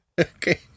Okay